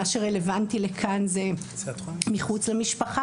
מה שרלוונטי לכאן זה מחוץ למשפחה.